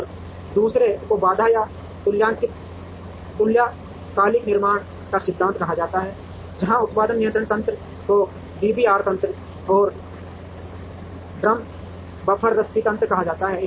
और दूसरे को बाधा या तुल्यकालिक निर्माण का सिद्धांत कहा जाता है जहां उत्पादन नियंत्रण तंत्र को डीबीआर तंत्र या ड्रम बफर रस्सी तंत्र कहा जाता है